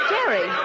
Jerry